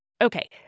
Okay